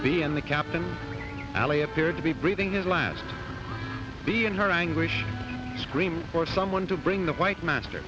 be and the captain allie appeared to be breathing his last be in her anguish scream for someone to bring the white master